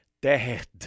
dead